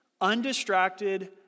undistracted